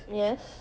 yes